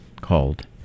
called